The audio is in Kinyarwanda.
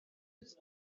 uzi